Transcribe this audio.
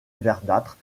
verdâtre